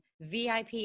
VIP